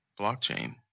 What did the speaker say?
blockchain